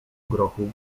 grochu